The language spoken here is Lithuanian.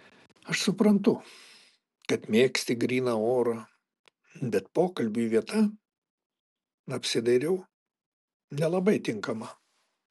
aš suprantu kad mėgsti gryną orą bet pokalbiui vieta apsidairiau nelabai tinkama